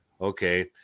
okay